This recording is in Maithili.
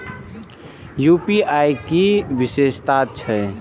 यू.पी.आई के कि विषेशता छै?